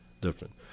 different